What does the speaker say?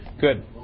good